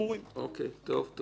תודה.